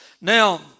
Now